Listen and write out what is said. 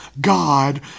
God